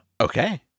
okay